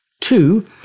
two